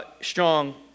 strong